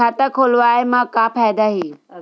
खाता खोलवाए मा का फायदा हे